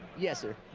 yes, sir,